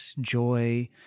joy